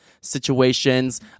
situations